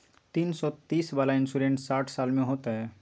तीन सौ तीस वाला इन्सुरेंस साठ साल में होतै?